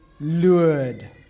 lured